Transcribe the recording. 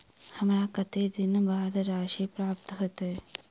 हमरा कत्तेक दिनक बाद राशि प्राप्त होइत?